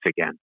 again